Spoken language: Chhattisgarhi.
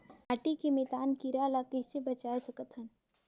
माटी के मितान कीरा ल कइसे बचाय सकत हन?